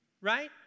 Right